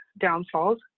downfalls